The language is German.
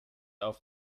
auf